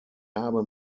habe